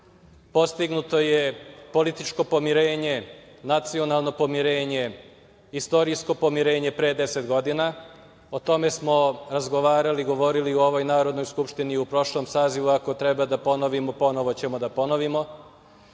Postignuto je političko pomirenje, nacionalno pomirenje, istorijsko pomirenje pre 10 godina. O tome smo razgovarali, govorilo u ovoj Narodnoj skupštini u prošlom sazivu i ako treba da ponovimo ponovo ćemo da ponovimo. Srpska